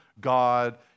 God